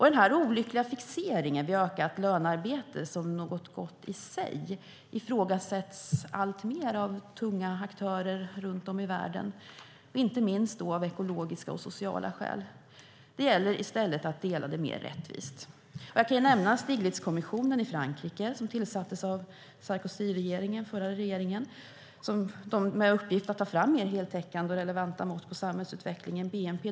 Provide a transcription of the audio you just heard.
Den olyckliga fixeringen vid ökat lönearbete som något gott i sig ifrågasätts alltmer av tunga aktörer runt om i världen, inte minst av ekologiska och sociala skäl. Det gäller i stället att dela det mer rättvist. Jag kan nämna Stiglitzkommissionen i Frankrike som tillsattes av Sarkozyregeringen, den förra regeringen, med uppgift att ta fram mer heltäckande och relevanta mått på samhällsutveckling än bnp.